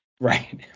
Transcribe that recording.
Right